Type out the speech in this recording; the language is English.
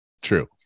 True